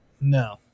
no